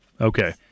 Okay